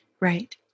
right